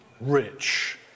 rich